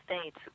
States